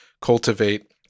cultivate